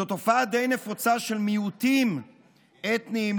זו תופעה די נפוצה שמיעוטים אתניים,